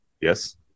Yes